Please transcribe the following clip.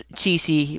cheesy